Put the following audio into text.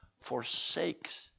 forsakes